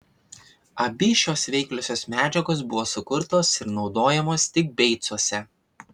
abi šios veikliosios medžiagos buvo sukurtos ir naudojamos tik beicuose